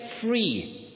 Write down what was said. free